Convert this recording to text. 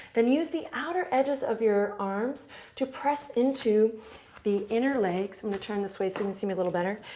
then use the outer edges of your arms to press into the inner legs. i'm going to turn this way so you can see me a little better.